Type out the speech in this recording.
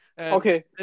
Okay